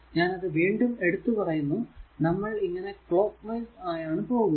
ഞാൻ അത് വീണ്ടും എടുത്തു പറയുന്നു നമ്മൾ ഇങ്ങനെ ക്ലോക്ക് വൈസ് ആയാണ് പോകുക